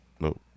nope